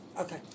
okay